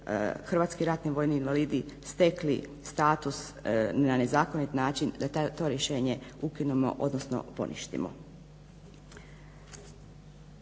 hrvatski ratni vojni invalidi stekli status na nezakonit način da to rješenje ukinemo odnosno poništimo.